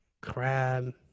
crab